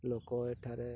ଲୋକ ଏଠାରେ